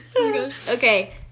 Okay